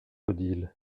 odile